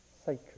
sacred